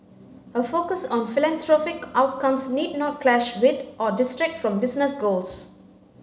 a focus on philanthropic outcomes need not clash with or distract from business goals